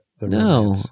No